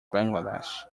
bangladesh